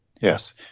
Yes